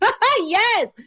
Yes